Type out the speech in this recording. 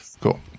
cool